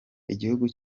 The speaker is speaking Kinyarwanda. igihugu